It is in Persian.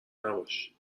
نباش